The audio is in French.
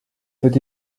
peut